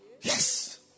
Yes